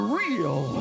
real